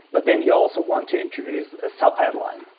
but then you also want to introduce a sub-headline.